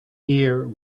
year